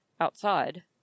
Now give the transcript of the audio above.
outside